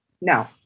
no